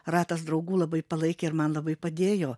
ratas draugų labai palaikė ir man labai padėjo